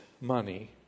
money